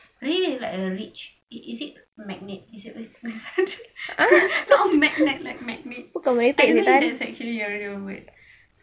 ri~ like a rich is it magnet is it is it uh magnet like magnit I don't know it's actually you know but